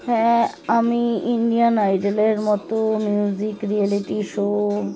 হ্যাঁ আমি ইন্ডিয়ান আইডলের মতো মিউজিক রিয়েলিটি শো